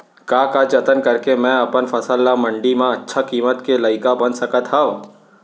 का का जतन करके मैं अपन फसल ला मण्डी मा अच्छा किम्मत के लाइक बना सकत हव?